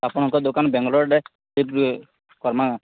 ଆପଣଙ୍କ ଦୋକାନ ବେଙ୍ଗଲୋରରେ ସେ କର୍ମା